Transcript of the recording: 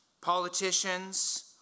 politicians